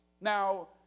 Now